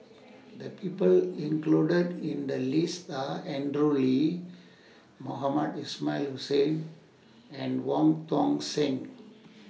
The People included in The lists Are Andrew Lee Mohamed Ismail Hussain and Wong Tuang Seng